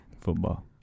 Football